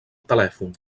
telèfon